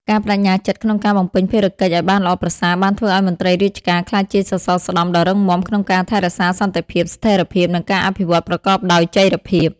ការប្តេជ្ញាចិត្តក្នុងការបំពេញភារកិច្ចឱ្យបានល្អប្រសើរ បានធ្វើឱ្យមន្ត្រីរាជការក្លាយជាសសរស្តម្ភដ៏រឹងមាំក្នុងការថែរក្សាសន្តិភាព ស្ថិរភាព និងការអភិវឌ្ឍប្រកបដោយចីរភាព។